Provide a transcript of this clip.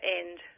end